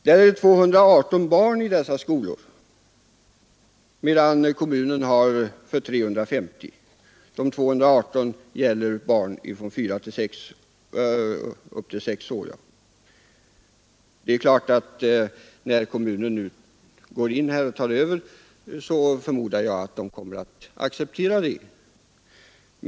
Det är 218 barn i åldern fyra—sex år i dessa skolor, medan kommunens förskola har 350 barn. När kommunen nu tar över för sexåringarna förmodar jag att det kommer att accepteras.